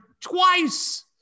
twice